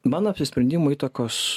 mano apsisprendimui įtakos